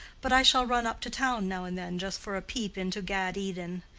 but i shall run up to town now and then, just for a peep into gad eden.